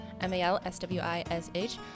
M-A-L-S-W-I-S-H